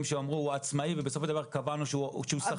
שאמרו הוא עצמאי ובסופו של דבר קבענו שהוא שכיר.